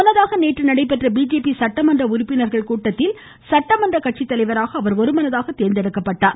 முன்னதாக நேற்று நடைபெற்ற பிஜேபி சட்டமன்ற உறுப்பினர்களின் கூட்டத்தில் சட்டமன்ற கட்சித்தலைவராக அவர் ஒருமனதாக தேர்ந்தெடுக்கப்பட்டார்